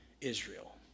Israel